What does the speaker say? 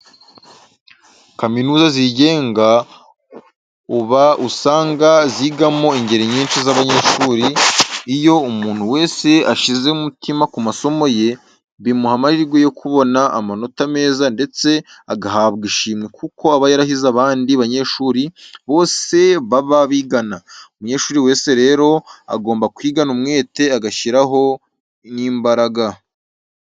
Kaminuza zigenga uba usanga zigamo ingeri nyinshi z'abanyeshuri. Iyo umuntu wese ashyize umutima ku masomo ye, bimuha amahirwe yo kubona amanota meza ndetse agahabwa ishimwe kuko aba yarahize abandi banyeshuri bose baba bigana. Umunyeshuri wese rero agomba kwigana umwete agashyiramo n'imbaraga.